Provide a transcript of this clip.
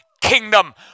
kingdom